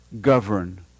govern